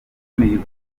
mihigo